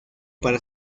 para